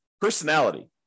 personality